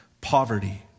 poverty